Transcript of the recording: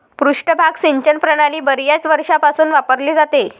पृष्ठभाग सिंचन प्रणाली बर्याच वर्षांपासून वापरली जाते